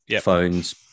phones